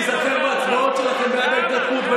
להיזכר בהצבעות שלכם בעד ההתנתקות, כמה?